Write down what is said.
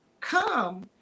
come